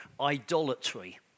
idolatry